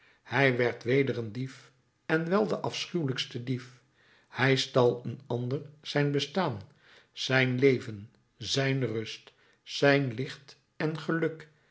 hij werd weder een dief en wel de afschuwelijkste dief hij stal een ander zijn bestaan zijn leven zijn rust zijn licht en geluk